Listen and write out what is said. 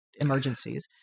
emergencies